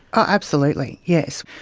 absolutely, yes.